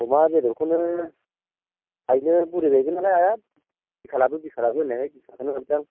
अमा बेदरखौनो आइनो बुरिबायबो नालाय आइआ बिखा लाबो बिखा लाबो होन्नायखाय बिखा लाबोदां